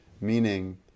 Meaning